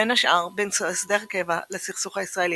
בין השאר בנושא הסדר קבע לסכסוך הישראלי-פלסטיני.